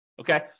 okay